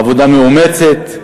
עבודה מאומצת.